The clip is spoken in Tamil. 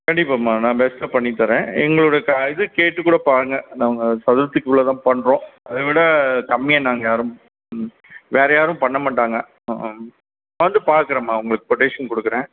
கண்டிப்பாகம்மா நான் பெஸ்ட்டாக பண்ணித் தர்றேன் எங்களோட இது கேட்டுக்கூட பாருங்கள் நாங்கள் சதுர்த்திக்குள்ளே தான் பண்ணுறோம் அதைவிட கம்மியாக நாங்கள் யாரும் வேறு யாரும் பண்ண மாட்டாங்க வந்து பாக்குறேம்மா உங்ளுக்கு கொட்டேஷன் கொடுக்குறேன்